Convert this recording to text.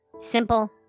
Simple